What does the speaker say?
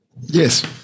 Yes